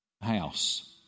House